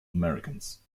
americans